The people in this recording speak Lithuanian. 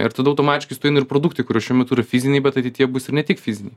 ir tada automatiškai su tuo eina ir produktai kurių šio metu yra fiziniai bet ateityje bus ir ne tik fiziniai